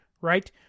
right